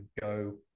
go